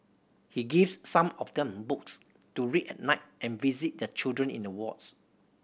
he gives some of them books to read at night and visit the children in the wards